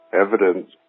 Evidence